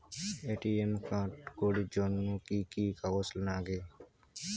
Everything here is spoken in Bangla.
এ.টি.এম কার্ড করির জন্যে কি কি কাগজ নাগে?